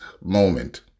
moment